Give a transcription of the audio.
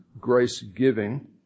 grace-giving